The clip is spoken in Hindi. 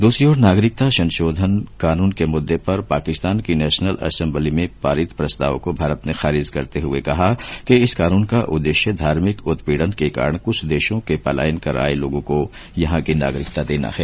दूसरी ओर नागरिकता संशोधन कानून के मुद्दे पर पाकिस्तान की नेशनल असेम्बली में पारित प्रस्ताव को भारत ने खारिज करते हुए कहा है कि इस कानून का उद्देश्य धार्मिक उत्पीड़न के कारण कुछ देशों से पालयन कर आए लोगों को यहां की नागरिकता देना है